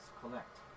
collect